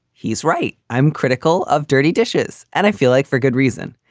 he's right. i'm critical of dirty dishes and i feel like for good reason.